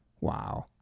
Wow